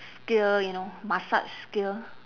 skill you know massage skill